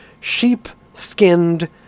sheep-skinned